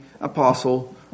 apostle